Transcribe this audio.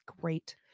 great